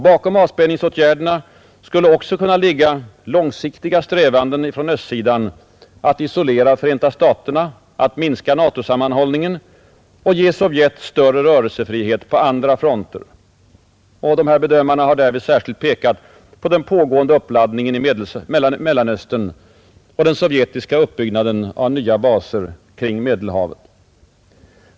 Bakom avspänningsåtgärderna skulle också kunna ligga långsiktiga strävanden från östsidan att isolera Förenta staterna, att minska NATO sammanhållningen och att ge Sovjet större rörelsefrihet på andra fronter. De här bedömarna har då särskilt pekat på den pågående uppladdningen i Mellanöstern och den sovjetiska uppbyggnaden av nya baser kring Medelhavet.